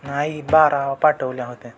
नाही बारा पाठवल्या होत्या